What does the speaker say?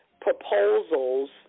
proposals